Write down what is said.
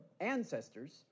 ancestors